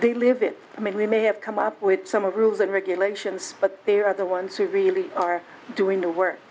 they live it i mean we may have come up with some rules and regulations but they are the ones who really are doing the work